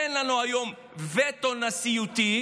אין לנו היום וטו נשיאותי,